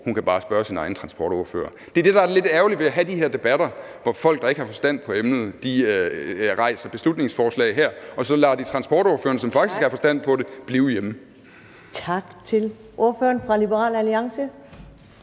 hun kan bare spørge sin egen transportordfører. Det er det, der er det lidt ærgerlige ved at have de her debatter, nemlig at folk, der ikke har forstand på emnerne, rejser beslutningsforslag her, og så lader de transportordføreren, som faktisk har forstand på det, blive hjemme. Kl. 18:56 Første næstformand